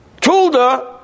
tulda